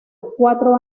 cuatro